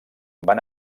van